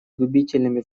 губительными